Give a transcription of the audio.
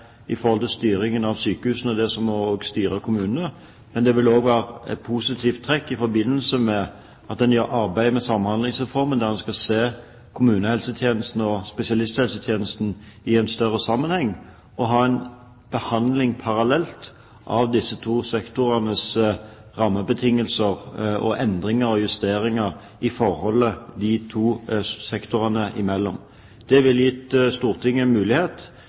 styringen av sykehusene, og det som også gjelder styringen av kommunene, men i forbindelse med at en arbeider med Samhandlingsreformen, der en skal se kommunehelsetjenesten og spesialisthelsetjenesten i en større sammenheng, vil det også være et positivt trekk å ha en behandling parallelt av disse to sektorenes rammebetingelser, endringer og justeringer i forholdet mellom de to sektorene. Det ville gitt Stortinget en mulighet